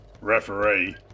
Referee